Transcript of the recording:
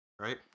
right